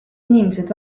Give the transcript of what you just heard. inimesed